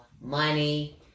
Money